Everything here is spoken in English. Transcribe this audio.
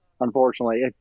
unfortunately